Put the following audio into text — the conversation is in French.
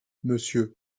monsieur